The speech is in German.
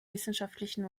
wissenschaftlichen